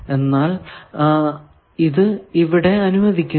എന്നാൽ ഇത് ഇവിടെ അനുവദിക്കുന്നില്ല